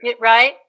Right